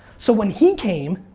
so when he came,